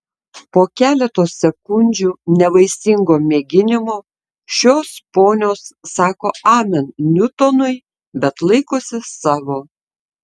po keleto sekundžių nevaisingo mėginimo šios ponios sako amen niutonui bet laikosi savo